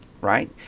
right